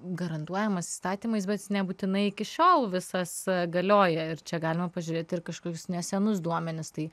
garantuojamas įstatymais bet jis nebūtinai iki šiol visas galioja ir čia galima pažiūrėti ir kažkokius nesenus duomenis tai